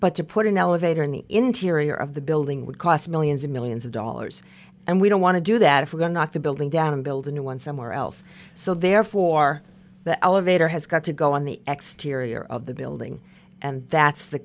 but to put an elevator in the interior of the building would cost millions of millions of dollars and we don't want to do that if we are not the building down and build a new one somewhere else so therefore the elevator has got to go on the exterior of the building and that's the